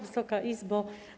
Wysoka Izbo!